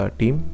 team